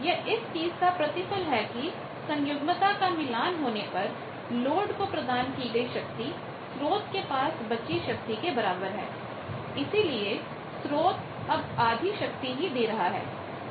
यह इस चीज का प्रतिफल है के सन्युग्मता का मिलान conjugate matchingकोंजूगेट मैचिंग होने पर लोड को प्रदान की गई शक्ति स्रोत के पास बची शक्ति के बराबर है इसलिए स्रोत अब आधी शक्ति ही दे रहा है